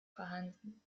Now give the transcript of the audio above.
vorhanden